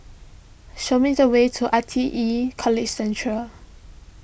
show me the way to I T E College Central